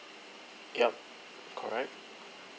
yup correct